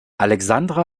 alexandra